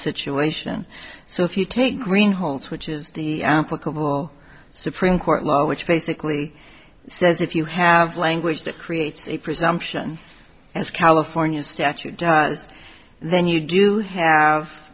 situation so if you take green holmes which is the applicable supreme court well which basically says if you have language that creates a presumption as california statute does then you do have